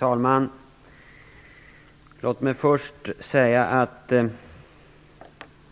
Herr talman! När